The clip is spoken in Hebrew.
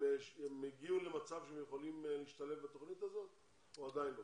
הם הגיעו למצב שהם יכולים להשתלב בתוכנית הזאת או עדיין לא?